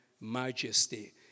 majesty